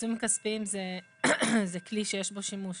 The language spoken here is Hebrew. עיצום כספי זה כלי שיש בו שימוש